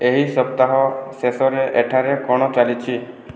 ଏହି ସପ୍ତାହ ଶେଷରେ ଏଠାରେ କଣ ଚାଲିଛି